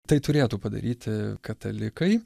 tai turėtų padaryti katalikai